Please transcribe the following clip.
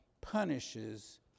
punishes